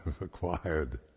acquired